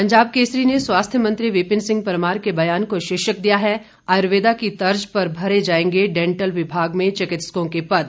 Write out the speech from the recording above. पंजाब केसरी ने स्वास्थ्य मंत्री विपिन सिंह परमार के बयान को शीर्षक दिया है आयुर्वेदा की तर्ज पर भरे जाएंगे डैंटल विभाग में चिकित्सकों के पद